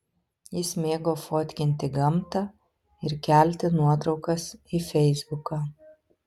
jis mėgo fotkinti gamtą ir kelti nuotraukas į feisbuką